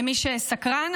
למי שסקרן,